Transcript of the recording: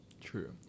True